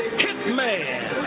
hitman